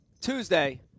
tuesday